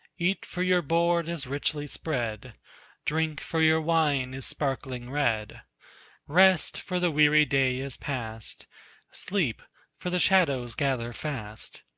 eat, for your board is richly spread drink, for your wine is sparkling red rest, for the weary day is past sleep, for the shadows gather fast.